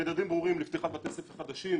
שיהיו מדדים ברורים לפתיחת בתי ספר חדשים,